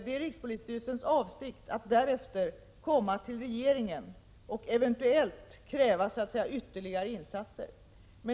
Det är rikspolisstyrelsens avsikt att därefter vända sig till regeringen och eventuellt kräva ytterligare insatser.